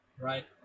right